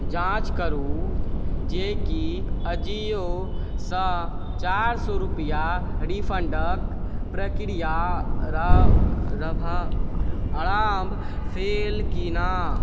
जाँच करू जे की आजिओ सँ चारि सए रुपैआक रिफंडके प्रक्रिया आरम्भ भेल की नहि